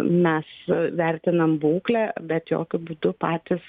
mes vertinam būklę bet jokiu būdu patys